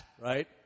right